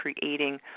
creating